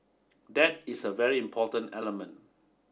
that is a very important element